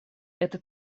это